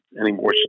anymore